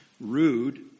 rude